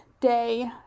day